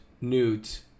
Newt